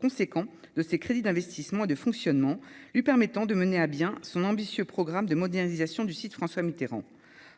conséquent de ses crédits d'investissement de fonctionnement lui permettant de mener à bien son ambitieux programme de modernisation du site François Mitterrand